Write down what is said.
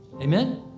Amen